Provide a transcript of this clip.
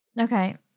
Okay